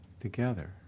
together